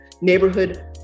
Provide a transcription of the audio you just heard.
neighborhood